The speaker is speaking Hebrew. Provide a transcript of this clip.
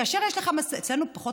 אצלנו פחות